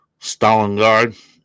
Stalingrad